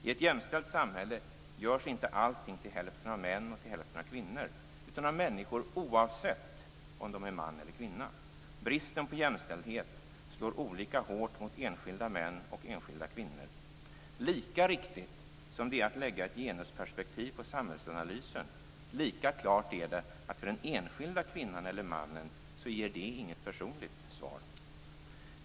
I ett jämställt samhälle görs inte allting till hälften av män och till hälften av kvinnor, utan av människor oavsett om det är män eller kvinnor. Bristen på jämställdhet slår olika hårt mot enskilda män och enskilda kvinnor. Lika riktigt som det är att lägga ett genusperspektiv på samhällsanalysen, är det att det för den enskilda kvinnan eller mannen inte ger ett personligt svar.